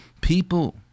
people